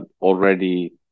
already